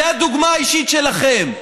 זו הדוגמה האישית שלכם.